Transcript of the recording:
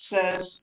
says